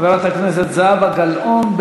חברת הכנסת זהבה גלאון.